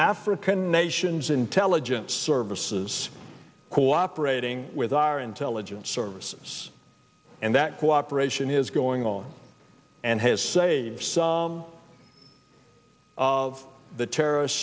nations intelligence services cooperating with our intelligence services and that cooperation is going on and has saved some of the terrorist